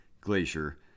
Glacier